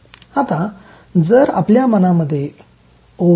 आता जर आपल्या मनामध्ये "ओह